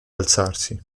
alzarsi